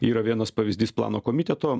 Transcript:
yra vienas pavyzdys plano komiteto